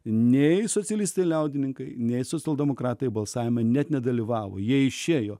nei socialistai liaudininkai nei socialdemokratai balsavime net nedalyvavo jie išėjo